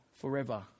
forever